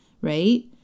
right